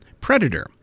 Predator